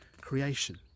creation